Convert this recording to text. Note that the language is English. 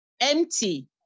empty